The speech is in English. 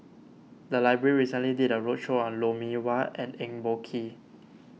the library recently did a roadshow on Lou Mee Wah and Eng Boh Kee